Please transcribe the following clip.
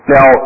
Now